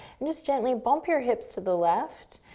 and just gently bump your hips to the left,